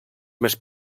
més